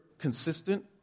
consistent